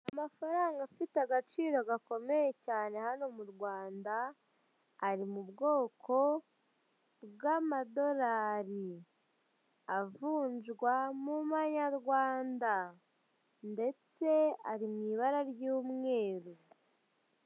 Amafaranga afite agaciro gakomeye cyane hano mu Rwanda ari mu bwoko bw'amadorari, avunjwa mu manyarwandad ndetse ari mu ibara ry'umweru.